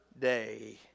day